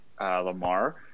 Lamar